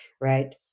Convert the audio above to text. right